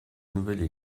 nouvelles